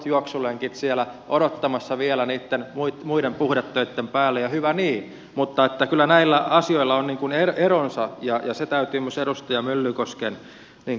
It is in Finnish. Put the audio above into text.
juoksulenkit siellä odottamassa vielä niitten muiden puhdetöitten päälle ja hyvä niin mutta kyllä näillä asioilla on eronsa ja se täytyy myös edustaja myllykosken tunnustaa